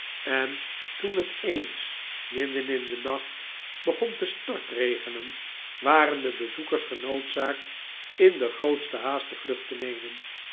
en toen het eens midden in den nacht begon te stortregenen waren de bezockers genoodzaakt in de grootste haast de vluclit te nemen